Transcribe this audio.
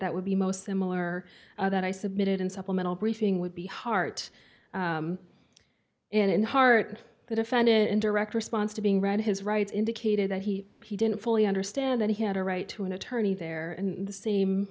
that would be most similar that i submitted in supplemental briefing would be heart and heart to defend it in direct response to being read his rights indicated that he he didn't fully understand that he had a right to an attorney there and the same